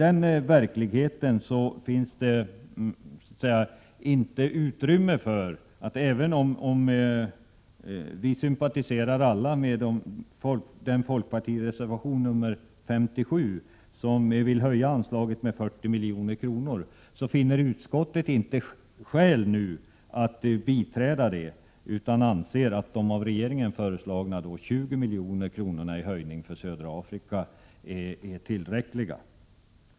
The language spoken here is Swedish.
Även om vi alla sympatiserar med folkpartireservationen 57, med förslag om en höjning av anslaget med 40 milj.kr., finner utskottet inte skäl att nu biträda förslaget utan anser att de av regeringen föreslagna 20 miljonerna i höjning för södra Afrika är tillräckliga.